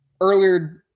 earlier